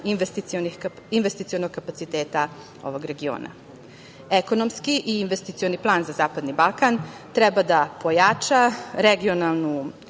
investicionog kapaciteta ovog regiona. Ekonomski i investicioni plan za Zapadni Balkan, treba da pojača regionalnu